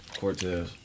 Cortez